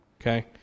okay